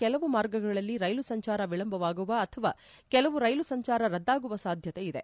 ಕೆಲವು ಮಾರ್ಗಗಳಲ್ಲಿ ರೈಲು ಸಂಚಾರ ವಿಳಂಬವಾಗುವ ಅಥವಾ ಕೆಲವು ರೈಲು ಸಂಚಾರ ರದ್ದಾಗುವ ಸಾಧ್ಯತೆ ಇದೆ